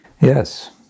Yes